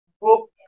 book